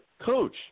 coach